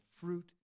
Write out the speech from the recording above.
fruit